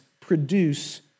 produce